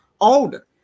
older